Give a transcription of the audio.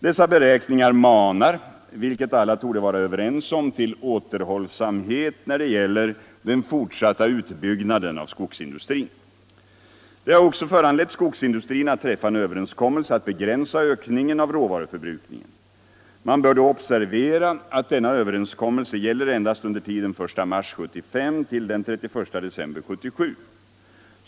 Dessa beräkningar manar, vilket alla torde vara överens om, till återhållsamhet när det gäller den fortsatta utbyggnaden av skogsindustrin. Det har också föranlett skogsindustrin att träffa en överenskommelse om att begränsa ökningen i råvaruförbrukningen. Man bör då observera att denna överenskommelse gäller endast under tiden den 1 mars 1975 till den 31 december 1977.